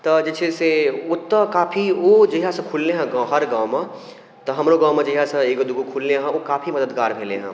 तऽ जे छै से ओतऽ काफी ओ जहियासँ खुललैहँ गऽ हर गाँवमे तऽ हमरो गाँवमे जहियासँ एगो दुगो खुललैहँ ओ काफी मददगार भेलैहँ